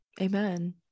Amen